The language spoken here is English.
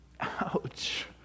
Ouch